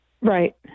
right